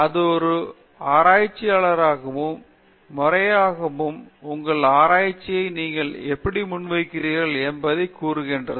அது ஒரு ஆராய்ச்சியாளராகவும் முறையாகவும் உங்கள் ஆராய்ச்சியை நீங்கள் எப்படி முன்வைக்கிறீர்கள் என்பதைக் கூறுகிறது